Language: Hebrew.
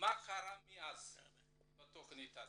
מה קרה מאז בתכנית הזאת,